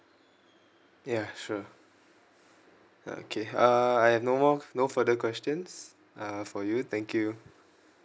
ya sure uh okay uh I have no more no further questions uh for you thank you